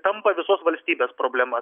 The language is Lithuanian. tampa visos valstybės problema